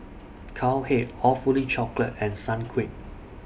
Cowhead Awfully Chocolate and Sunquick